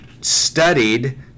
studied